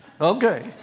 Okay